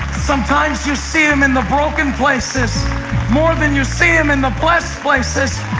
sometimes you see him in the broken places more than you see him in the blessed places.